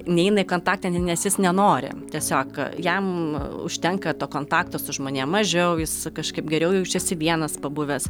neina į kontaktą ne nes jis nenori tiesiog jam užtenka to kontakto su žmonėm mažiau jis kažkaip geriau jaučiasi vienas pabuvęs